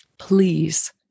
Please